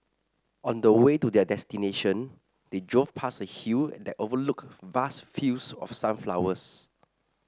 on the way to their destination they drove past a hill that overlooked vast fields of sunflowers